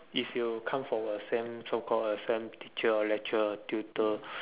if you come for all same so call a same teacher or lecture tutor